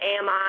AMI